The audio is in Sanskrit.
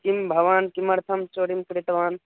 किं भवान् किमर्थं चौर्यं कृतवान्